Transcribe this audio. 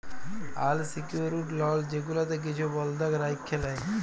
আল secured loan যেগুলাতে কিছু বল্ধক রাইখে লেই